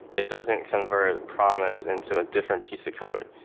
it doesn't convert promise into a different piece of code.